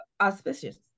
auspicious